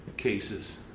cases.